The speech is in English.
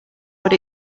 what